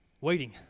waiting